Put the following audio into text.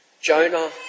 Jonah